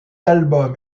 album